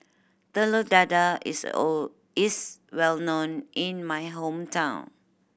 Telur Dadah is O is well known in my hometown